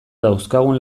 dauzkagun